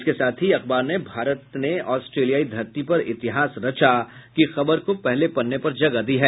इसके साथ ही अखबार ने भारत ने आस्ट्रेलियाई धरती पर इतिहास रचा की खबर को पहले पन्ने पर जगह दी है